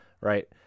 right